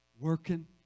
working